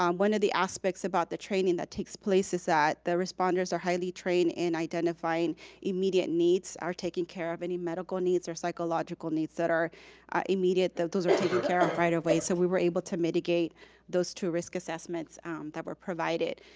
um one of the aspects about the training that takes place is that ah the responders are highly trained in identifying immediate needs are taking care of, any medical needs or psychological needs that are immediate, those those are taken care of right away so we were able to mitigate those two risk assessments that were provided.